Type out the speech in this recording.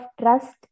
trust